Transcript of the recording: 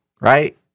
Right